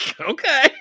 Okay